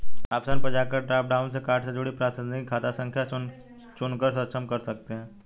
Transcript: option पर जाकर drop down से कार्ड से जुड़ी प्रासंगिक खाता संख्या चुनकर सक्षम कर सकते है